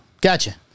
Gotcha